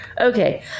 Okay